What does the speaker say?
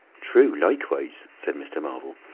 true likewise, said mr. marvel.